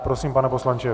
Prosím, pane poslanče.